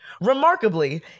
Remarkably